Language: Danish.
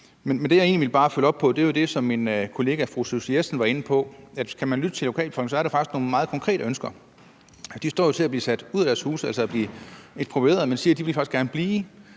det, jeg egentlig bare vil følge op på, er jo det, som min kollega fru Susie Jessen var inde på, nemlig at hvis man lytter til lokalbefolkningen, er der faktisk nogle meget konkrete ønsker. De lokale står jo til at blive sat ud af deres huse ved at få deres huse eksproprieret, men de siger, at de faktisk gerne vil blive.